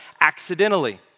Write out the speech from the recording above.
accidentally